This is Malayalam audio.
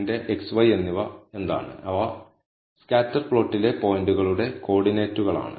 എന്റെ x y എന്നിവ എന്താണ് അവ സ്കാറ്റർ പ്ലോട്ടിലെ പോയിന്റുകളുടെ കോർഡിനേറ്റുകളാണ്